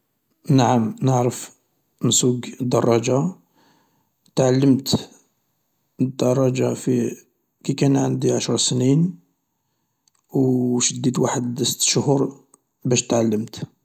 نعم نعرف نسوق الدراجة، تعلمت الدراجة كي كان عندي عشر سنين وسديت واحد ست اشهر باش تعلمت.